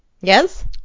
Yes